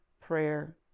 prayer